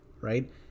Right